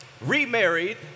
remarried